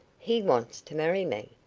he wants to marry me.